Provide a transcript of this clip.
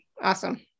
Awesome